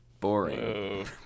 Boring